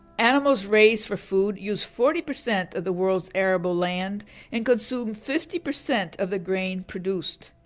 animals raised for food use forty percent of the world's arable land and consume fifty percent of the grain produced.